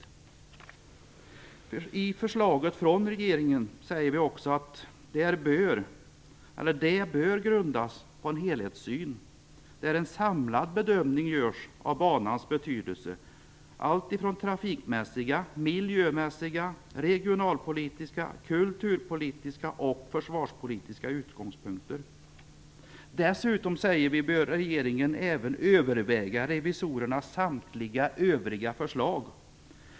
Vi anser att regeringens förslag bör grundas på en helhetssyn med en samlad bedömning av banans betydelse utifrån trafikmässiga, miljömässiga, regionalpolitiska, kulturpolitiska och försvarspolitiska utgångspunkter. Dessutom bör regeringen även överväga revisorernas samtliga övriga förslag.